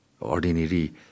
ordinary